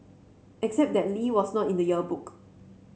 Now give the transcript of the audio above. except that Lee was not in the yearbook